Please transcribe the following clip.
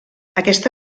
aquesta